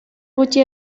gutxi